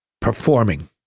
performing